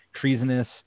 treasonous